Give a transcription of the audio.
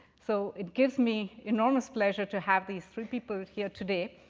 so it gives me enormous pleasure to have these three people here today.